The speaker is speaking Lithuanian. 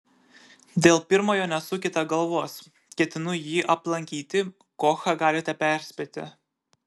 dėl pirmojo nesukite galvos ketinu jį aplankyti kochą galite perspėti